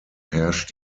herrscht